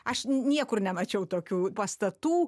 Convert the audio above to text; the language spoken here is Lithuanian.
aš niekur nemačiau tokių pastatų